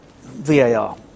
VAR